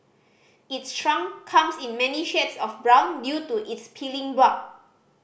its trunk comes in many shades of brown due to its peeling bark